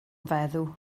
feddw